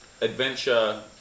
Adventure